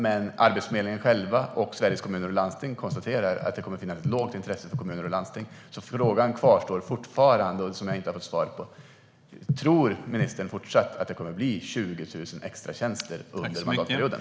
Men Arbetsförmedlingen och Sveriges Kommuner och Landsting konstaterar att det kommer att finnas ett lågt intresse från kommuner och landsting. Därför kvarstår frågan, som jag inte har fått svar på: Tror ministern fortfarande att det kommer att bli 20 000 extratjänster under mandatperioden?